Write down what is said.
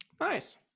Nice